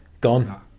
gone